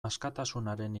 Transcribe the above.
askatasunaren